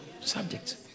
Subject